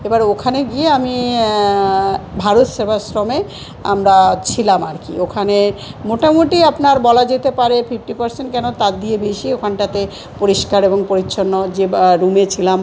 এবার ওখানে গিয়ে আমি ভারত সেবাশ্রমে আমরা ছিলাম আর কি ওখানে মোটামুটি আপনার বলা যেতে পারে ফিফটি পারসেন্ট কেন তার দিয়ে বেশি ওখানটাতে পরিষ্কার এবং পরিচ্ছন্ন যে বা রুমে ছিলাম